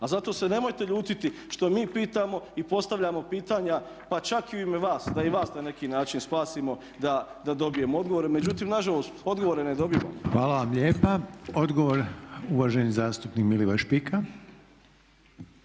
A zato se nemojte ljutiti što mi pitamo i postavljamo pitanja pa čak i u ime vas, da i vas na neki način spasimo da dobijemo odgovore. Međutim, nažalost odgovore ne dobivamo. **Reiner, Željko (HDZ)** Hvala vam lijepa. Odgovor uvaženi zastupnik Milivoj Špika.